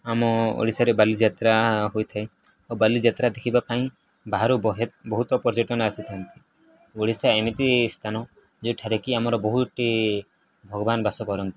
ଆମ ଓଡ଼ିଶାରେ ବାଲିଯାତ୍ରା ହୋଇଥାଏ ଓ ବାଲିଯାତ୍ରା ଦେଖିବା ପାଇଁ ବାହାରୁ ବହୁତ ପର୍ଯ୍ୟଟନ ଆସିଥାନ୍ତି ଓଡ଼ିଶା ଏମିତି ସ୍ଥାନ ଯୋଉଠାରେ କିି ଆମର ବହୁତ ଭଗବାନ ବାସ କରନ୍ତି